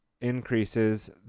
increases